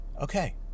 okay